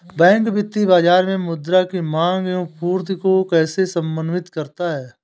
Bank वित्तीय बाजार में मुद्रा की माँग एवं पूर्ति को कैसे समन्वित करता है?